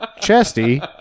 Chesty